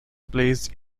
plays